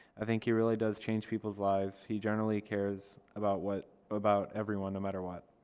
i think he really does change people's lives. he generally cares about what, about everyone no matter what.